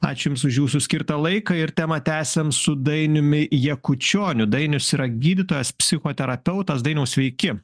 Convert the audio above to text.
ačiū jums už jūsų skirtą laiką ir temą tęsiam su dainiumi jakučioniu dainius yra gydytojas psichoterapeutas dainiau sveiki